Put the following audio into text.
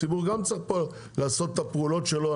גם הציבור צריך לעשות את הפעולות שלו,